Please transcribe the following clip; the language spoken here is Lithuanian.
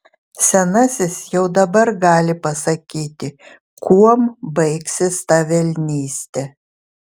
senasis jau dabar gali pasakyti kuom baigsis ta velnystė